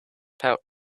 pouch